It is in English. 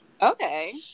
okay